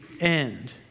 end